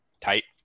Tight